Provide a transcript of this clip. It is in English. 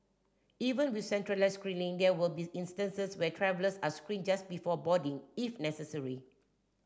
even with centralised screening there will be instances where travellers are screened just before boarding if necessary